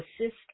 assist